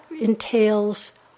entails